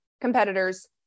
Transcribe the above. competitors